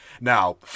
Now